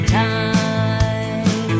time